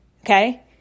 Okay